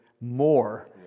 more